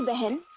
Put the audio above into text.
but him.